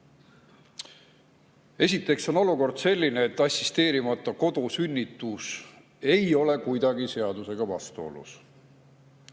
näitab. Esiteks on olukord selline, et assisteerimata kodusünnitus ei ole seadusega kuidagi vastuolus.